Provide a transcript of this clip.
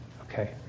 Okay